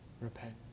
repent